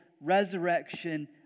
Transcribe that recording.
resurrection